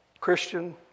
Christian